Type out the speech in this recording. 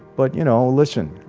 but you know listen.